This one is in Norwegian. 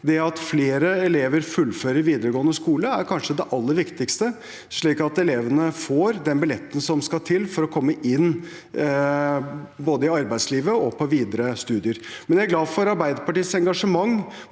At flere elever fullfører videregående skole, er kanskje det aller viktigste, slik at elevene får den billetten som skal til for å komme inn både i arbeidslivet og på videre studier. Jeg er glad for Arbeiderpartiets engasjement